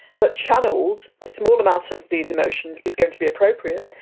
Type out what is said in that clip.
but channelled, a small amount of these emotions is going to be appropriate.